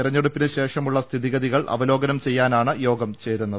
തെരഞ്ഞെടുപ്പിന് ശേഷമുള്ള സ്ഥിതിഗതികൾ അവലോ കനം ചെയ്യാനാണ് യോഗം ചേരുന്നത്